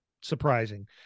surprising